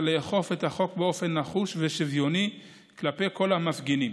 לאכוף את החוק באופן נחוש ושוויוני כלפי כל המפגינים.